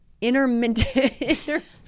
intermittent